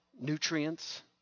nutrients